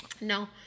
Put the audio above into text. no